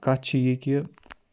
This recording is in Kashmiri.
کَتھ چھِ یہِ کہِ